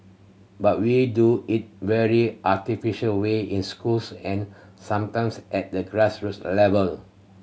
but we do it very artificial way in schools and sometimes at the grassroots level